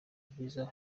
visa